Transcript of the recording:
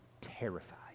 terrified